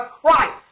Christ